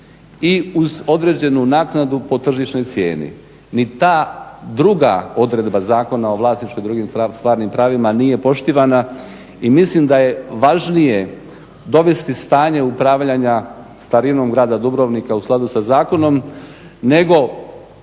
i uz određenu naknadu po tržišnoj cijeni. Ni ta druga odredba Zakona o vlasništvu i drugim stvarnim pravima nije poštivana. I mislim da je važnije dovesti stanje upravljanja starinom grada Dubrovnika u skladu sa zakonom, nego